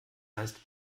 heißt